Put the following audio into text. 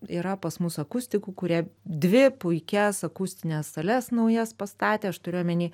yra pas mus akustikų kurie dvi puikias akustines sales naujas pastatė aš turiu omeny